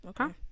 okay